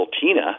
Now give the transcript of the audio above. TINA